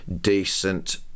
decent